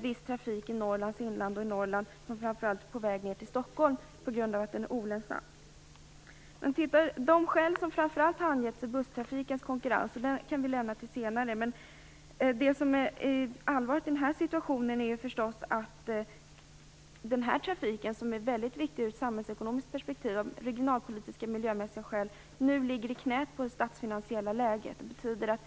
viss trafik i Norrland, t.ex. sträckorna ned till Stockholm, på grund av att den är olönsam. De skäl som framför allt har angetts är konkurrensen med busstrafiken. Det kan vi lämna till senare. Det som är allvarligt i denna situation är förstås att denna trafik, som är väldigt viktig ur samhällsekonomiskt perspektiv och av regionalpolitiska och miljömässiga skäl, nu är beroende av det statsfinansiella läget.